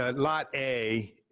ah lot a,